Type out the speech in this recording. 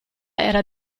era